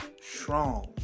strong